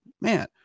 man